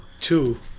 two